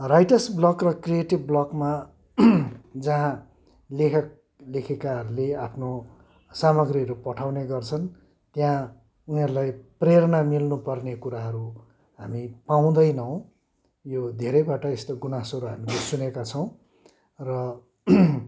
writers block र creative ब्लकमा जहाँ लेखक लेखिकाहरूले आफ्नो सामाग्रीहरू पठाउने गर्छन् त्यहाँ उनीहरूलाई प्रेरणा मिल्नुपर्ने कुराहरू हामी पाउँदैनौँ यो धेरैबाट यस्तो गुनासोहरू हामीले सुनेका छौं र